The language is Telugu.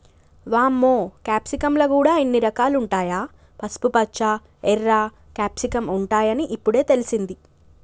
వామ్మో క్యాప్సికమ్ ల గూడా ఇన్ని రకాలుంటాయా, పసుపుపచ్చ, ఎర్ర క్యాప్సికమ్ ఉంటాయని ఇప్పుడే తెలిసింది